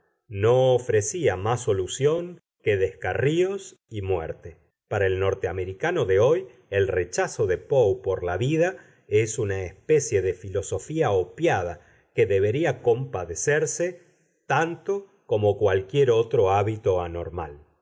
no ofrecía más solución que descarríos y muerte para el norteamericano de hoy el rechazo de poe por la vida es una especie de filosofía opiada que debería compadecerse tanto como cualquier otro hábito anormal